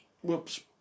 Whoops